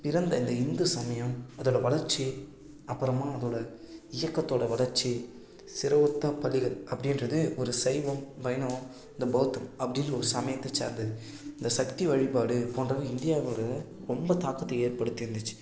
பிறந்த இந்த இந்து சமயம் அதோடய வளர்ச்சி அப்புறமா அதோடய இயக்கத்தோடய வளர்ச்சி சிர ஒத்த பதிகள் அப்படின்றது ஒரு சைவம் வைணவம் இந்த பவுத்தம் அப்படின்னு ஒரு சமயத்தை சார்ந்து இந்த சக்தி வழிபாடு போன்றவை இந்தியாவோடய ரொம்ப தாக்கத்தை ஏற்படுத்திருந்திச்சு